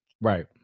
Right